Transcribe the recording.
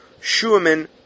Schumann